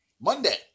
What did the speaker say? Monday